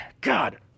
God